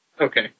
Okay